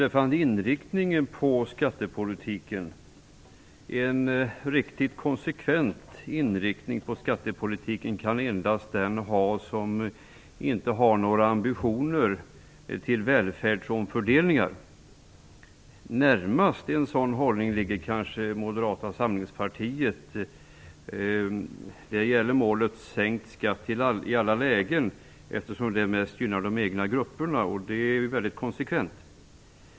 Fru talman! En riktigt konsekvent inriktning på skattepolitiken kan endast den ha som inte har några ambitioner till välfärdsomfördelningar. Närmast en sådan hållning ligger kanske Moderata samlingspartiet. Där gäller målet sänkt skatt i alla lägen, eftersom det mest gynnar de egna grupperna. Det är mycket konsekvent.